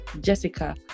jessica